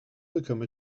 become